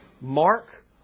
mark